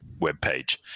webpage